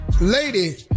lady